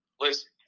Listen